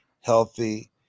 healthy